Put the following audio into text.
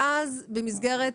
ואז במסגרת